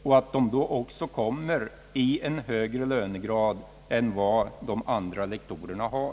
Då placeras de också i en högre lönegrad än vad de andra lektorerna har.